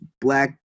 black